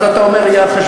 אתה אומר: יהיה על חשבונם?